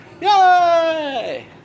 yay